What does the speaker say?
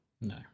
No